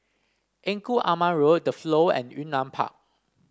Engku Aman Road The Flow and Yunnan Park